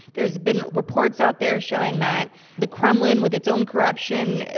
there's been reports out there showing that the kremlin, with its own corruption,